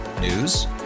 News